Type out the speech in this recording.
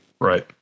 right